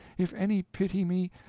if any pity me,